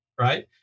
right